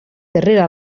darrere